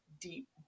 deep